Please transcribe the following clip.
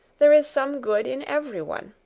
there is some good in every one.